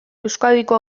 euskadiko